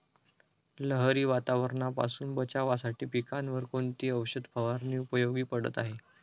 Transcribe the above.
लहरी वातावरणापासून बचावासाठी पिकांवर कोणती औषध फवारणी उपयोगी पडत आहे?